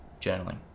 journaling